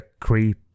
creep